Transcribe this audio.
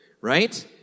right